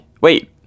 wait